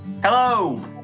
Hello